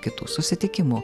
kitų susitikimų